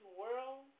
world